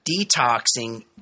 detoxing